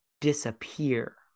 disappear